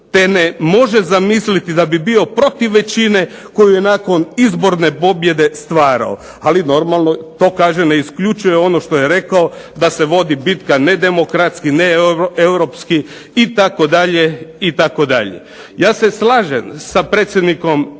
te ne može zamisliti da bi bio protiv većine koju je nakon izborne pobjede stvarao. Ali normalno to kažem ne isključuje ono što je rekao da se vodi bitka nedemokratski, neeuropski itd. Ja se slažem sa predsjednikom